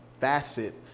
facet